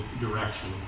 direction